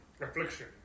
Affliction